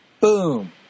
boom